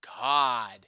God